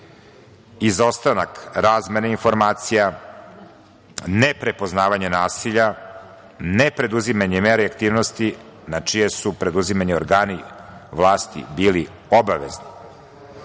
izostanak razmena informacija, neprepoznavanje nasilja, nepreduzimanje mera i aktivnosti na čije su preduzimanje organi vlasti bili obavezni.O